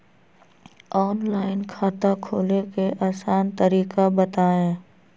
Online खाता खोले के आसान तरीका बताए?